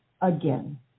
again